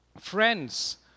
friends